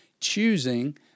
choosing